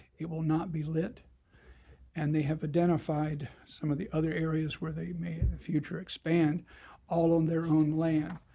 it will not be lit and they have identified some of the other areas where they may in the future expand all on their own land.